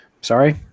Sorry